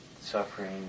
suffering